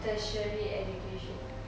tertiary education